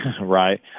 Right